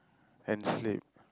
and sleep